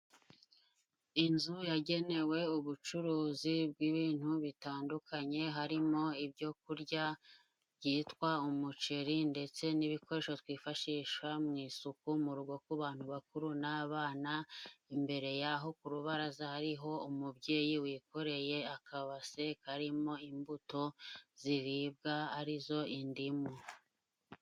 Inzu yagenewe ubucuruzi bw'ibintu bitandukanye, harimo: ibyo kurya byitwa umuceri, ndetse n'ibikoresho twifashisha mu isuku mu rugo, ku bantu bakuru n'abana. Imbere yaho ku rubaraza, hariho umubyeyi wikoreye akabase karimo imbuto ziribwa arizo indimu.